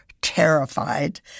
terrified